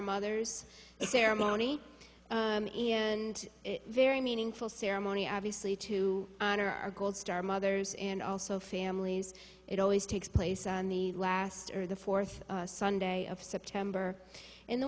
mothers a ceremony and a very meaningful ceremony obviously to honor our gold star mothers and also families it always takes place on the last or the fourth sunday of september in the